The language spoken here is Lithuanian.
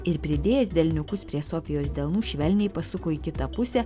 ir pridėjęs delniukus prie sofijos delnų švelniai pasuko į kitą pusę